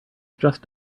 just